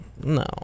No